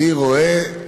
אני רואה,